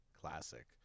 Classic